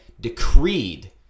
decreed